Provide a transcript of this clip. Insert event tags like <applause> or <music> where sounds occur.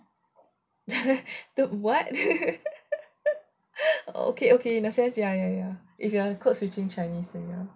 <laughs> the what okay okay in a sense ya if you are code switching chinese then ya